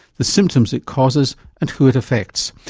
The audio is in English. the symptoms it causes and who it affects.